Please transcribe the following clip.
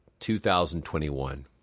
2021